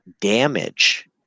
damage